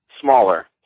smaller